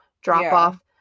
drop-off